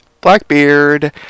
Blackbeard